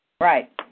Right